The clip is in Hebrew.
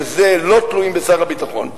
שלא תלויים בשר הביטחון,